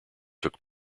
took